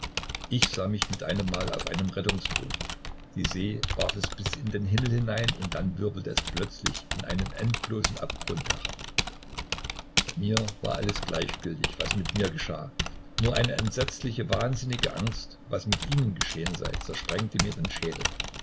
ich sah mich mit einem mal auf einem rettungsboot die see warf es bis in den himmel hinein und dann wirbelte es plötzlich in einen endlosen abgrund herab mir war alles gleichgültig was mit mir geschah nur eine entsetzliche wahnsinnige angst was mit ihnen geschehen sei zersprengte mir den schädel